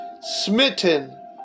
smitten